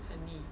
很腻